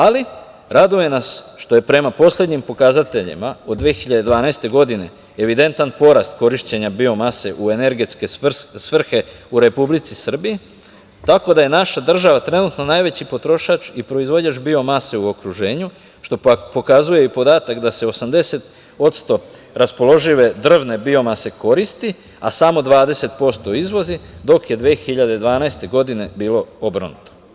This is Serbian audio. Ali, raduje nas što je prema poslednjim pokazateljima od 2012. godine evidentan porast korišćenja biomase, u energetske svrhe, u Republici Srbiji, tako da je naša država trenutno najveći potrošač i proizvođač biomase u okruženju, što pokazuje i podatak da se 80 posto, raspoložive drvne biomase koristi, a samo 20 posto izvozi, dok je 2012. godine, bilo obrnuto.